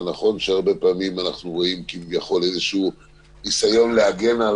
ונכון שהרבה פעמים אנחנו רואים כביכול ניסיון להגן על